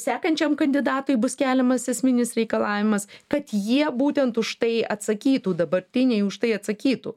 sekančiam kandidatui bus keliamas esminis reikalavimas kad jie būtent už tai atsakytų dabartiniai už tai atsakytų